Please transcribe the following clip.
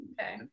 Okay